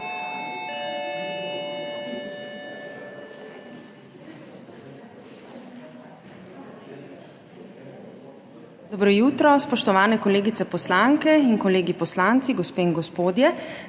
ZUPANČIČ:** Spoštovani kolegice poslanke in kolegi poslanci, gospe in gospodje!